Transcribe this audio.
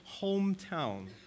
hometown